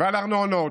על ארנונות,